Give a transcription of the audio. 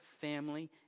family